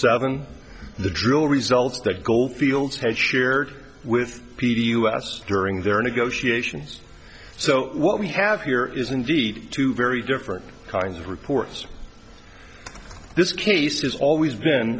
seven the drill results that goldfields has shared with p d us during their negotiations so what we have here is indeed two very different kinds of reports this case has always been